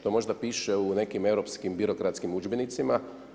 To možda piše u nekim europskim birokratskim udžbenicima.